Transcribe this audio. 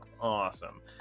awesome